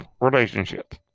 relationship